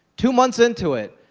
two months into it,